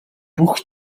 бүх